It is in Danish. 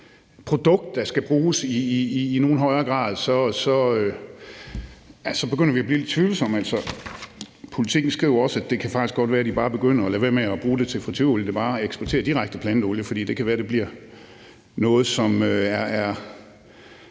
produkt, der skal bruges i nogen højere grad, så begynder vi at blive lidt tvivlende. Politiken skriver også, at det faktisk godt kan være, at de bare begynde at lade være med at bruge det til fritureolie og bare eksporterer det direkte som planteolie, for det kan være, at det bliver noget, som er